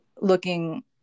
looking